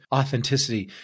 authenticity